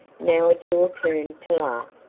now it's your turn to laugh.